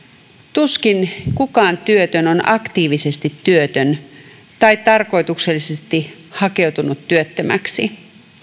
tuskin kukaan työtön on aktiivisesti työtön tai tarkoituksellisesti hakeutunut työttömäksi